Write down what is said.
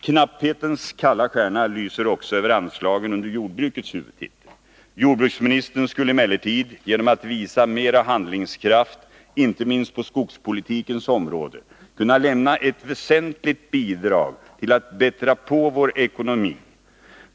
Knapphetens kalla stjärna lyser också över anslagen under jordbrukets huvudtitel. Jordbruksministern skulle emellertid genom att visa mera handlingskraft, inte minst på skogspolitikens område, kunna lämna ett väsentligt bidrag till att bättra på vår ekonomi.